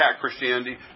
Christianity